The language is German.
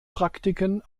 praktiken